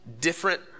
different